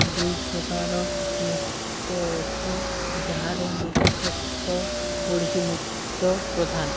ଦୁଇ ପ୍ରକାର ନୃତ୍ୟ ଅଛି ଯାହାରେ ମୁଖ୍ୟତଃ ଓଡ଼ିଶୀ ନୃତ୍ୟ ପ୍ରଧାନ